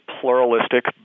pluralistic